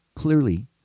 Clearly